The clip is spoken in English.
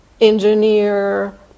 engineer